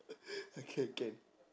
okay can